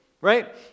right